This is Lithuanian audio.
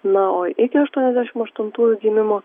na o iki aštuoniasdešim aštuntųjų gimimo